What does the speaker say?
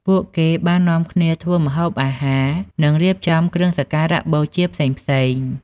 ពួកគេបាននាំគ្នាធ្វើម្ហូបអាហារ និងរៀបចំគ្រឿងសក្ការបូជាផ្សេងៗ។